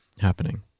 happening